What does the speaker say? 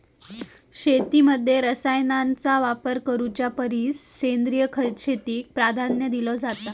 शेतीमध्ये रसायनांचा वापर करुच्या परिस सेंद्रिय शेतीक प्राधान्य दिलो जाता